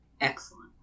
Excellent